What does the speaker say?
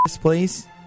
please